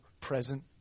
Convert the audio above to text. present